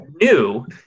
new